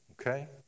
okay